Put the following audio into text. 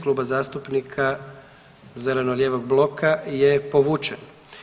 Kluba zastupnika zeleno-lijevog bloka je povučen.